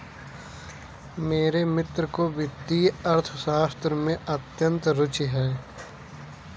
मेरे मित्र को वित्तीय अर्थशास्त्र में अत्यंत रूचि है